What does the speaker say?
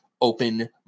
Open